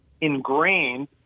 ingrained